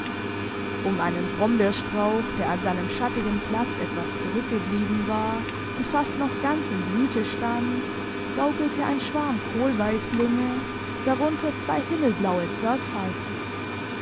um einen brombeerstrauch der an seinem schattigen platz etwas zurückgeblieben war und fast noch ganz in blüte stand gaukelte ein schwarm kohlweisslinge darunter zwei himmelblaue